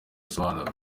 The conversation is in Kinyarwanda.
asobanura